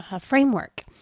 framework